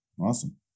Awesome